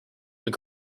been